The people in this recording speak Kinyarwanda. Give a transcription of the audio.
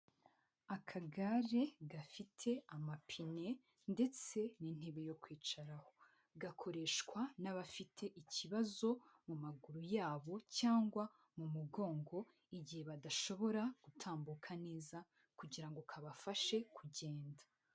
Akagare gafite amapine ndetse n'intebe yo kwicaraho gakoreshwa n'abafite ikibazo mu maguru yabo cyangwa mu mugongo igihe badashobora gutambuka neza kugira ngo kabafashe kugenda.